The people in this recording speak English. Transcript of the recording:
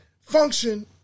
function